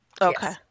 Okay